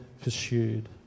pursued